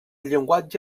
llenguatge